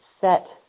set